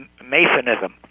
Masonism